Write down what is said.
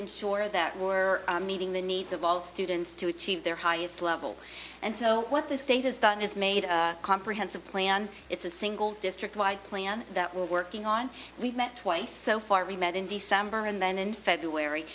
ensure that we're meeting the needs of all students to achieve their highest level and so what the state has done is made a comprehensive plan it's a single district wide plan that will working on we've met twice so far we met in december and then in february